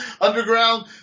underground